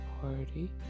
Party